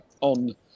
on